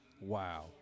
Wow